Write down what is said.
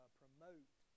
promote